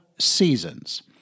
seasons